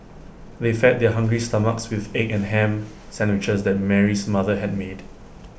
they fed their hungry stomachs with the egg and Ham Sandwiches that Mary's mother had made